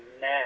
now